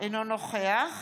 אינו נוכח